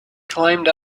climbed